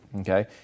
Okay